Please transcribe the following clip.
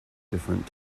different